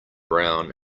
brown